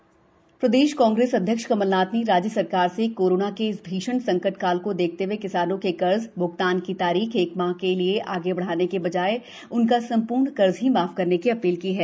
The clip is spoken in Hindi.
कमलनाथ मांग प्रदेश कांग्रेस अध्यक्ष कमलनाथ ने राज्य सरकार से कोरोना के इस भीषण संकट काल को देखते हुए किसानों के कर्ज भ्गतान की तारीख एक माह के लिये आगे बढ़ाने की बजाय उनका सम्पूर्ण कर्ज ही माफ करने की अपील की है